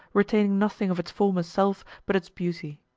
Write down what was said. retaining nothing of its former self but its beauty.